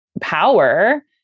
power